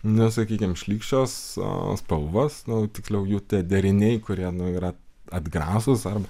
nu sakykim šlykščios spalvos nu tiksliau jų deriniai kurie yra atgrąsūs arba